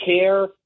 care